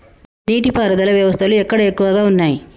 నీటి పారుదల వ్యవస్థలు ఎక్కడ ఎక్కువగా ఉన్నాయి?